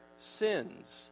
sins